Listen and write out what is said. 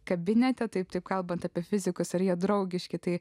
kabinete taip taip kalbant apie fizikus ar jie draugiški tai